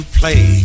play